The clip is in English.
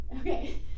Okay